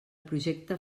projecte